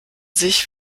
sich